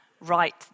right